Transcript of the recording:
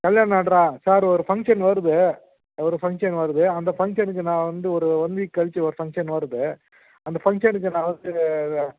கல்யாண ஆட்ரா சார் ஒரு ஃபங்க்ஷன் வருது ஒரு ஃபங்க்ஷன் வருது அந்த ஃபங்க்ஷனுக்கு நான் வந்து ஒரு ஒன் வீக் கழிச்சி ஒரு ஃபங்க்ஷன் வருது அந்த ஃபங்க்ஷனுக்கு நான் வந்து இது